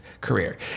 career